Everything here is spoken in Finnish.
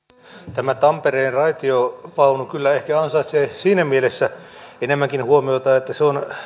tämä tampereen raitiovaunu kyllä ehkä ansaitsee siinä mielessä enemmänkin huomiota että se on